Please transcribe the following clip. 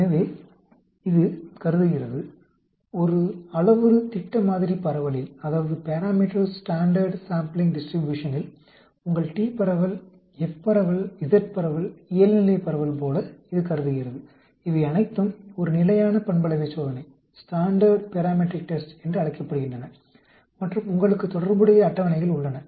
எனவே இது கருதுகிறது ஒரு அளவுரு திட்ட மாதிரி பரவலில் உங்கள் t பரவல் F பரவல் Z பரவல் இயல்நிலைப் பரவல் போல இவை அனைத்தும் ஒரு நிலையான பண்பளவைச்சோதனை என்று அழைக்கப்படுகின்றன மற்றும் உங்களுக்கு தொடர்புடைய அட்டவணைகள் உள்ளன